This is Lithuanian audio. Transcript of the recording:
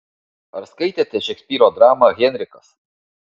ar skaitėte šekspyro dramą henrikas